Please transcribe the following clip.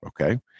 Okay